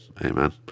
Amen